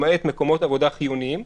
למעט מקומות עבודה חיוניים,